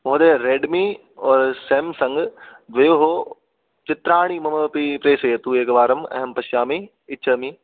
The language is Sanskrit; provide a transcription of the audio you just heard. महोदय रेड्मि ओर् सेम्सङ्ग् द्वयोः चित्राणि मम अपि प्रेषयतु एकवारम् अहं पश्यामि इच्छामि